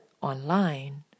online